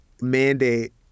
mandate